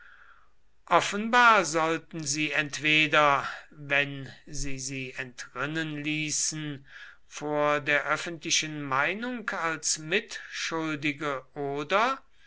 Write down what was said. offenbar sollten sie entweder wenn sie sie entrinnen ließen vor der öffentlichen meinung als mitschuldige oder